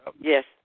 Yes